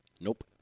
Nope